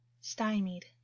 STYMIED